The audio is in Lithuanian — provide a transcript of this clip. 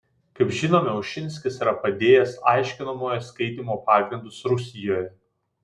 kaip žinome ušinskis yra padėjęs aiškinamojo skaitymo pagrindus rusijoje